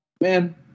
man